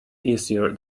easier